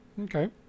okay